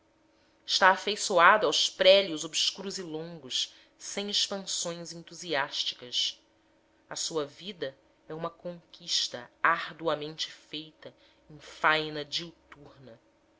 está afeiçoado aos prélios obscuros e longos sem expansões entusiásticas a sua vida é uma conquista arduamente feita em faina diuturna